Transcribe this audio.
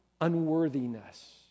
unworthiness